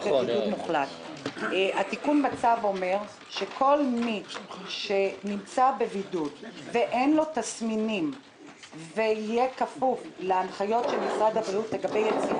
התיקון בצו אומר שכל מי שנמצא בבידוד ואין לו תסמינים יוכל לצאת